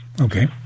Okay